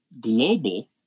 global